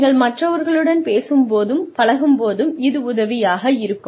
நீங்கள் மற்றவர்களுடன் பழகும் போது இது உதவியாக இருக்கும்